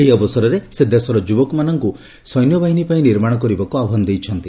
ଏହି ଅବସରରେ ସେ ଦେଶର ଯୁବକମାନଙ୍କୁ ସୈନ୍ୟବାହିନୀ ପାଇଁ ନିର୍ମାଣ କରିବାକୁ ଆହ୍ପାନ ଦେଇଛନ୍ତି